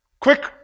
quick